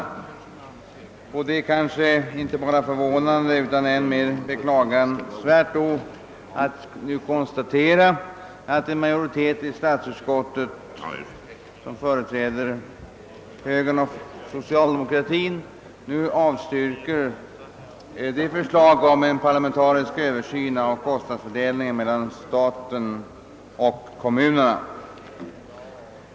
Under sådana förhållanden är det inte bara förvånande utan även beklagansvärt att man nu måste konstatera, att en majoritet i statsutskottet, som företräder högern och socialdemokratin, avstyrker ett förslag om en parlamentarisk översyn av kostnadsfördelningen mellan staten och kommunerna.